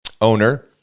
owner